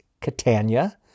Catania